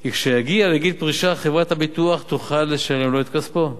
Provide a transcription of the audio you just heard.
כי כשיגיע לגיל פרישה חברת הביטוח תוכל לשלם לו את כספו.